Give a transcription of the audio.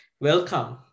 welcome